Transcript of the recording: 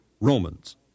Romans